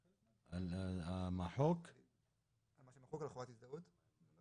בסוף, בסוף אני לא אקבל אחוז גבייה ממה שלא נגבה.